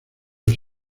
dos